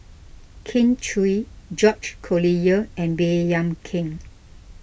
Kin Chui George Collyer and Baey Yam Keng